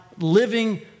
living